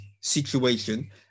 situation